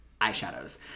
eyeshadows